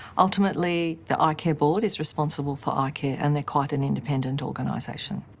ultimately, the um icare board is responsible for ah icare and they're quite an independent organisation.